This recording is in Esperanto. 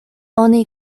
oni